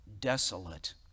desolate